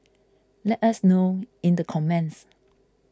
let us know in the comments